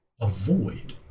avoid